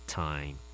time